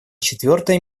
четвертое